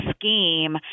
scheme